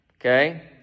okay